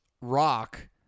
rock